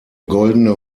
goldene